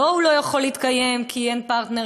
לא שהוא לא יכול להתקיים כי אין פרטנר,